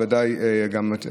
אתה בוודאי מכיר.